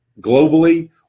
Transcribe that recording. globally